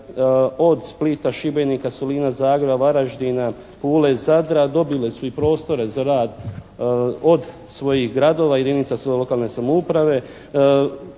od Splita, Šibenika, Solina, Zagreba, Varaždina, Pule, Zadra dobile su i prostore za rad od svojih gradova, jedinica svoje lokalne samouprave.